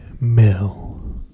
Mill